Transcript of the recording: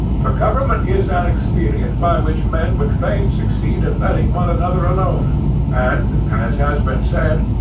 for government is an expedient, by which men would fain succeed in letting one another alone and, as has been said,